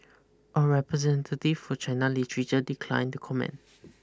a representative for China Literature declined to comment